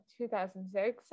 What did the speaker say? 2006